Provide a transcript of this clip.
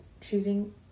choosing